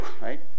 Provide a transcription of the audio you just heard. right